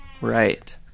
Right